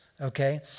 okay